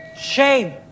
shame